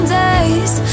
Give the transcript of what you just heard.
days